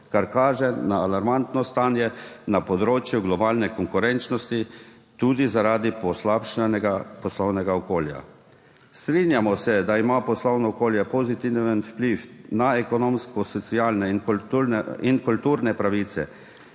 kar kaže na alarmantno stanje na področju globalne konkurenčnosti tudi zaradi poslabšanega poslovnega okolja. Strinjamo se, da ima poslovno okolje pozitiven vpliv na ekonomsko socialne in kulturne pravice,